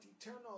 eternal